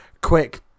quick